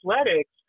Athletics